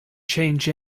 change